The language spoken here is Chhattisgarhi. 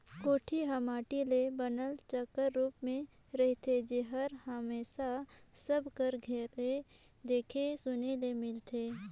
कोठी हर माटी ले बनल चाकर रूप मे रहथे जेहर हमेसा सब कर घरे देखे सुने ले मिलथे